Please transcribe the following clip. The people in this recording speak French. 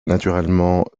naturellement